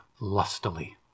lustily